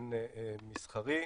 באופן מסחרי,